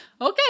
Okay